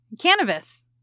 Cannabis